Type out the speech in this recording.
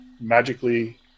magically